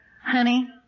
honey